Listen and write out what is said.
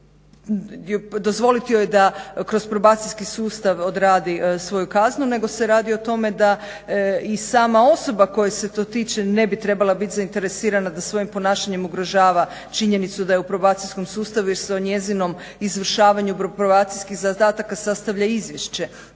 dozvoliti joj da kroz probacijski sustav odradi svoju kaznu nego se radi o tome da i sama osoba koje se to tiče ne bi trebala biti zainteresirana da svojim ponašanjem ugrožava činjenicu da je u probacijskom sustavu jer se o njezinom izvršavanju probacijskih zadataka sastavlja izvješće.